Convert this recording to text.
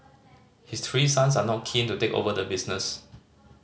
his three sons are not keen to take over the business